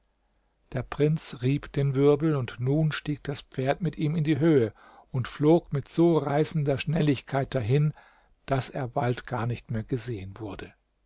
der prinz rieb den wirbel und nun stieg das pferd mit ihm in die höhe und flog mit so reißender schnelligkeit dahin daß er bald gar nicht mehr gesehen wurde